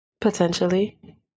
Potentially